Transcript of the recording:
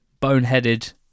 boneheaded